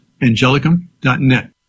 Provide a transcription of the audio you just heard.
angelicum.net